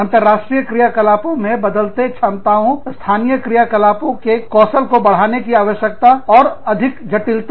अंतरराष्ट्रीय क्रियाकलापों के बदलते क्षमताओं स्थानीय क्रियाकलापों के कौशल को बढ़ाने की आवश्यकता और अधिक जटिलता